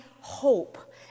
hope